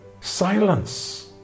Silence